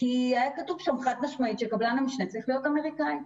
כי היה כתוב שם חד משמעית שקבלן המשנה צריך להיות אמריקאי.